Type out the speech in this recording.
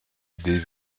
des